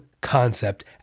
concept